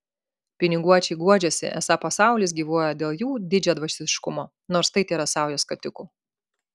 piniguočiai guodžiasi esą pasaulis gyvuoja dėl jų didžiadvasiškumo nors tai tėra sauja skatikų